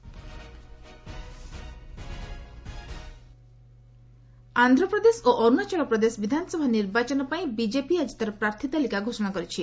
BJP list Andhra Pradesh ଓ ଅରୁଣାଚଳ ପ୍ରଦେଶ ବିଧାନସଭା ନିର୍ବାଚନ ପାଇଁ ବିକେପି ଆଜି ତା'ର ପ୍ରାର୍ଥୀ ତାଲିକା ଘୋଷଣା କରିଛି